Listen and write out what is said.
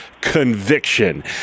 conviction